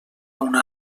una